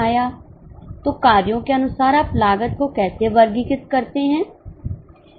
तो कार्यों के अनुसार आप लागत को कैसे वर्गीकृत करते हैं